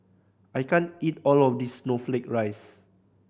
I can't eat all of this snowflake ice